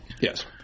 Yes